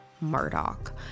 murdoch